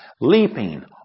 leaping